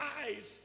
eyes